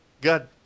God